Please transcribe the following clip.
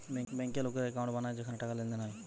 বেঙ্কে লোকেরা একাউন্ট বানায় যেখানে টাকার লেনদেন হয়